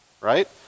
right